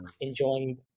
enjoying